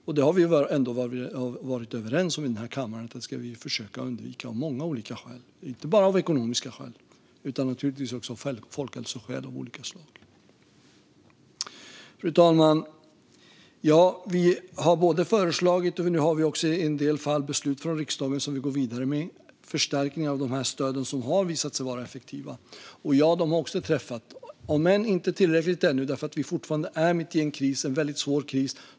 Vi har ändå varit överens i den här kammaren om att vi ska försöka undvika det av många olika skäl, inte bara ekonomiska utan också av folkhälsoskäl av olika slag. Fru talman! Ja, vi har föreslagit, och har nu i en del fall beslut från riksdagen som vi går vidare med, förstärkning av de här stöden som har visat sig vara effektiva. Och ja, de har också träffat hotell och restaurangföretagen, om än inte tillräckligt ännu därför att vi fortfarande är mitt i en väldigt svår kris.